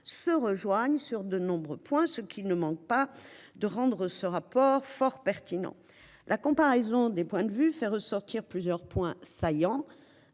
se rejoignent sur de nombreux points, ce qui ne manque pas de rendre ce rapport fort pertinent. La comparaison des points de vue fait ressortir plusieurs points saillants.